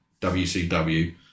WCW